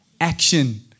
Action